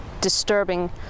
disturbing